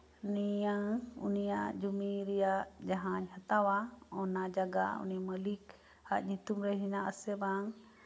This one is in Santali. ᱱᱤᱭᱟᱹ ᱩᱱᱤᱭᱟᱜ ᱡᱚᱢᱤ ᱨᱮᱭᱟᱜ ᱡᱟᱸᱦᱟᱭ ᱦᱟᱛᱟᱣᱟ ᱚᱱᱟ ᱡᱟᱭᱜᱟ ᱩᱱᱤ ᱢᱟᱹᱞᱤᱠᱟ ᱧᱩᱛᱩᱨᱮ ᱢᱮᱱᱟᱜ ᱟᱥᱮ ᱵᱟᱝ